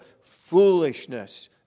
foolishness